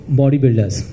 bodybuilders